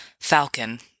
falcon